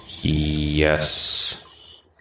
Yes